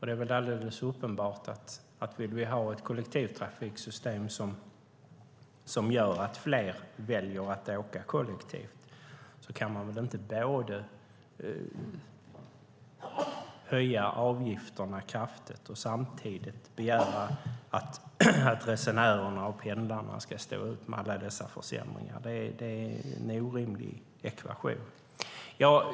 Det är uppenbart att om vi vill ha ett kollektivtrafiksystem som gör att fler väljer att åka kollektivt kan man inte både höja avgifterna kraftigt och samtidigt begära att resenärer och pendlare ska stå ut med alla dessa försämringar. Det är en orimlig ekvation.